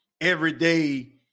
everyday